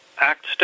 act